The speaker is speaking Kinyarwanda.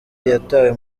yatawe